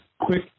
quick